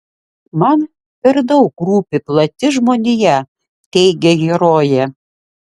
man per daug rūpi plati žmonija teigia herojė